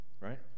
Right